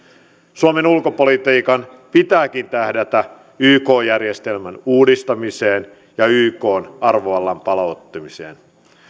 suomen ulkopolitiikan pitääkin tähdätä yk järjestelmän uudistamiseen ja ykn arvovallan palauttamiseen